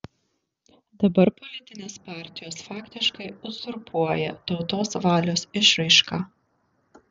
dabar politinės partijos faktiškai uzurpuoja tautos valios išraišką